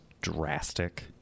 drastic